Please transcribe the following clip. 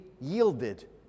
yielded